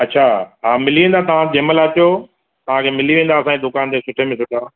अछा हा मिली वेंदा तव्हां जे महिल अचो तव्हांखे मिली वेंदा असांजी दुकान ते सुठे में सुठा